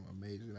amazing